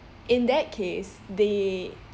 in that case they